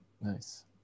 Nice